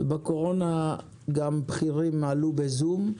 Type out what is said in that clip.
בתקופת הקורונה גם בכירים עלו לדיון בזום.